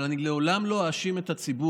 אבל אני לעולם לא אאשים את הציבור